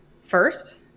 first